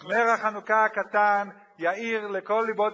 נר החנוכה הקטן יאיר לכל לבות ישראל,